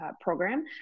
program